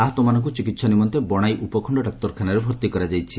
ଆହତମାନଙ୍କୁ ଚିକିହା ନିମନ୍ତେ ବଶାଇ ଉପଖଣ୍ଡ ଡାକ୍ତରଖାନାରେ ଭର୍ତି କରାଯାଇଛି